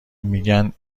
میگه